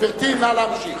גברתי, נא להמשיך.